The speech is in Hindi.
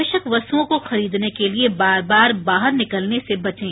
आवश्यक वस्तुओं को खरीदने के लिए बार बार बाहर निकलने से बचें